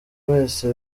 wese